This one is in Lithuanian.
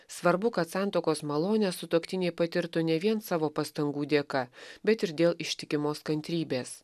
svarbu kad santuokos malonę sutuoktiniai patirtų ne vien savo pastangų dėka bet ir dėl ištikimos kantrybės